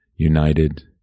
United